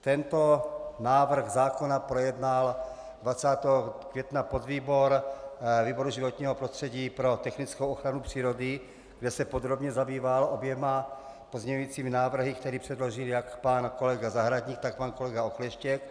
Tento návrh zákona projednal 20. května podvýbor výboru životního prostředí pro technickou ochranu přírody, kde se podrobně zabýval oběma pozměňujícími návrhy, které předložil jak pan kolega Zahradník, tak pan kolega Okleštěk.